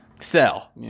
Sell